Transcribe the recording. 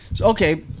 okay